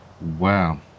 Wow